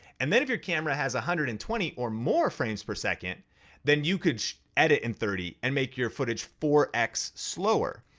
and then if your camera has one hundred and twenty or more frames per second then you could edit in thirty and make your footage four x slower.